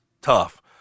tough